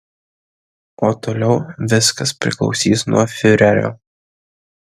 o toliau viskas priklausys nuo fiurerio